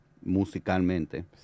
musicalmente